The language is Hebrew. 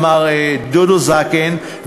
מר דודו זקן,